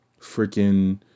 freaking